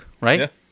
right